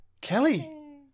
kelly